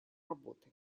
работы